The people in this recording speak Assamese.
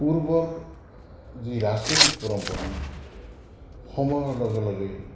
পূৰ্বৰ যি ৰাজনৈতিক পৰম্পৰা সময়ৰ লগে লগে